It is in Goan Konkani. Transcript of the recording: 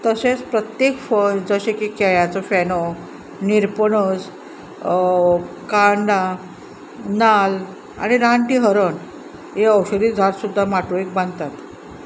तशेंच प्रत्येक फळ जशें की केळ्याचो फेणो निरपणस कांण्णां नाल्ल आनी रानटी हरण हें औषधी झाड सुद्दां माटोळेक बांदतात